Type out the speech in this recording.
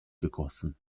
gegossen